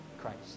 Christ